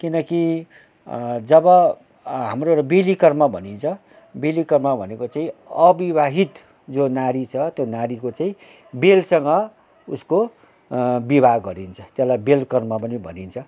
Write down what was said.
किनकि जब हाम्रो बेलिकर्म भनिन्छ बेलिकर्म भनेको चाहिँ अविवाहित जो नारी छ त्यो नारीको चाहिँ बेलसँग उसको विवाह गरिन्छ त्यसलाई बेल कर्म पनि भनिन्छ